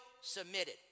submitted